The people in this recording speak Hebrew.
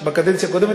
בקדנציה הקודמת,